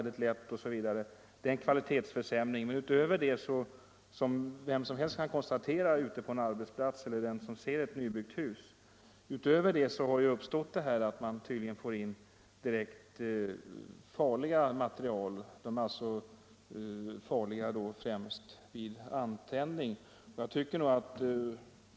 Det är alltså en kvalitetsförsämring, som vem som helst kan iaktta ute på en arbetsplats eller i ett nybyggt hus. Men utöver detta får man tydligen in direkt farliga material — farliga främst vid antändning.